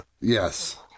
Yes